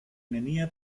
nenia